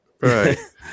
Right